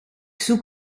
zoek